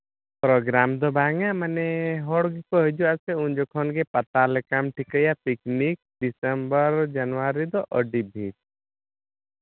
programme ᱫᱚ ᱵᱟᱝᱼᱟ ᱢᱟᱱᱮ ᱦᱚᱲ ᱜᱮᱠᱚ ᱦᱤᱡᱩᱜᱼᱟ ᱥᱮ ᱩᱱ ᱡᱚᱠᱷᱚᱱᱜᱮ ᱯᱟᱛᱟ ᱞᱮᱠᱟᱢ ᱴᱷᱤᱠᱟᱹᱭᱟ ᱯᱤᱠᱱᱤᱠ ᱰᱤᱥᱮᱢᱵᱚᱨ ᱡᱟᱱᱩᱣᱟᱨᱤ ᱫᱚ ᱟᱹᱰᱤ ᱵᱷᱤᱲ